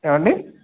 ఏవండి